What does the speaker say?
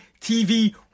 TV